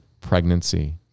pregnancy